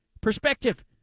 Perspective